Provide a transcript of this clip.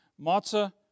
matzah